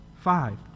Five